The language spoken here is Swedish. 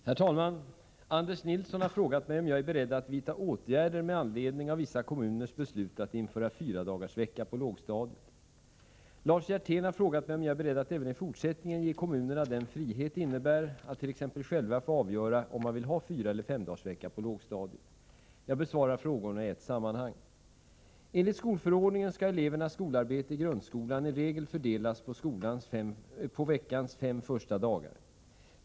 Herr talman! Anders Nilsson har frågat mig om jag är beredd att vidta åtgärder med anledning av vissa kommuners beslut att införa fyradagarsvecka på lågstadiet. Lars Hjertén har frågat mig om jag är beredd att även i fortsättningen ge kommunerna den frihet det innebär att t.ex. själva få avgöra om man vill ha fyraeller femdagarsvecka på lågstadiet. Jag besvarar frågorna i ett sammanhang. Enligt skolförordningen skall elevernas skolarbete i grundskolan i regel fördelas på veckans fem första dagar.